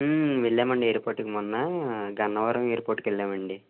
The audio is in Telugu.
వెళ్ళామండి ఎయిర్పోర్ట్కి మొన్న గన్నవరం ఎయిర్పోర్ట్కు వెళ్ళామండి